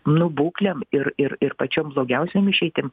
nu būklėm ir ir ir pačiom blogiausiom išeitim